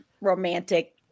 romantic